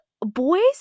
boys